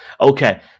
Okay